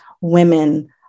women